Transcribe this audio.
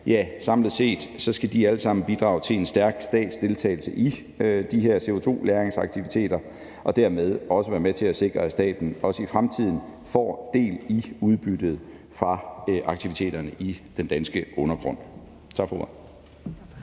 skal samlet set alle sammen bidrage til en stærk statsdeltagelse i de her CO2-lagringsaktiviteter og dermed være med til at sikre, at staten også i fremtiden får del i udbyttet fra aktiviteterne i den danske undergrund. Tak for